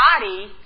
body